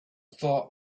thought